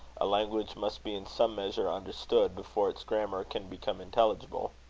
a language must be in some measure understood, before its grammar can become intelligible.